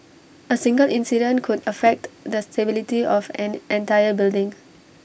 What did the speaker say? A single incident could affect the stability of an entire building